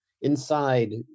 inside